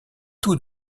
tous